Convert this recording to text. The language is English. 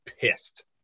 pissed